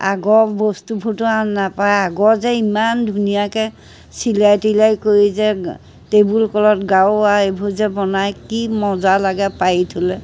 আগৰ বস্তুবোৰতো আন নাপায় আগৰ যে ইমান ধুনীয়াকৈ চিলাই তিলাই কৰি যে টেবুল ক্লথ গাৰু ওৱাৰ এইবোৰ যে বনাই কি মজা লাগে পাৰি থ'লে